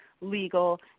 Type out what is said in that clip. legal